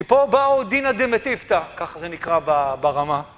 ופה באו דינא דמתיבתא, ככה זה נקרא ב... ברמה.